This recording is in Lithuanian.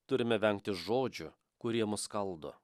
turime vengti žodžių kurie mus skaldo